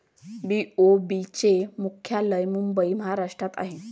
BOB चे मुख्यालय मुंबई महाराष्ट्रात आहे